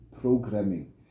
programming